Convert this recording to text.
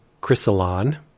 Chrysalon